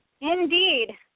Indeed